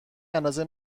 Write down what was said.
اندازه